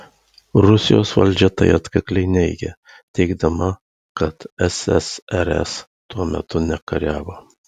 rusijos valdžia tai atkakliai neigia teigdama kad ssrs tuo metu nekariavo